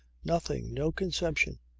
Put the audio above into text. nothing. no conception.